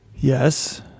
Yes